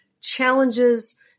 challenges